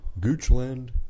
Goochland